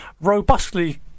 robustly